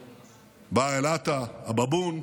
בבהאא אל-עטא, שקרוי "הבבון",